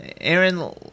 Aaron